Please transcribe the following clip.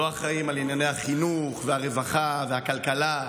לא אחראים לענייני החינוך, הרווחה והכלכלה,